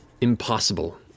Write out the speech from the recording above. impossible